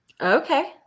okay